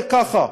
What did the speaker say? ככה.